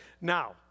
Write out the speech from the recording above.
Now